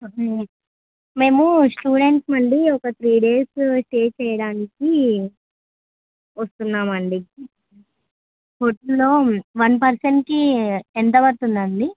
మేము స్టూడెంట్స్మి అండి ఒక త్రీ డేస్ స్టే చేయడానికి వస్తున్నామండి హోటల్లో వన్ పర్సన్కి ఎంత పడుతుందండి